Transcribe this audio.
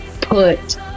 put